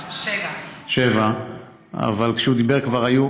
1897. 1897. אבל כשהוא דיבר כבר היו,